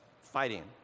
fighting